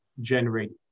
generate